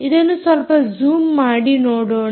ಇದನ್ನು ಸ್ವಲ್ಪ ಜೂಮ್ ಮಾಡಿ ನೋಡೋಣ